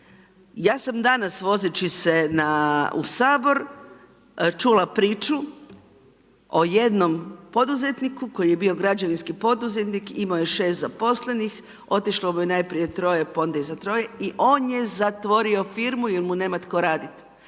ja sam danas vozeći se u Sabor čula priču o jednom poduzetniku koji je bio građevinski poduzetnik, imao je 6 zaposlenih, otišlo mu je najprije troje pa onda i za troje i on je zatvorio firmu jer mu nema tko raditi.